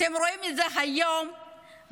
אתם רואים את זה היום בעזה,